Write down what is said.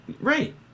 Right